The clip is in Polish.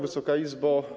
Wysoka Izbo!